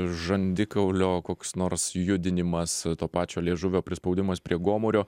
žandikaulio koks nors judinimas to pačio liežuvio prispaudimas prie gomurio